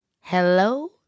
hello